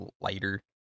lighter